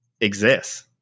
exists